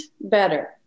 better